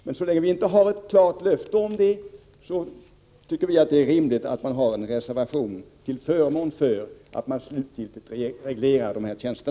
Men så länge vi inte har fått ett klart löfte, tycker vi att det är rimligt med en reservation till förmån för en slutlig reglering av dessa tjänster.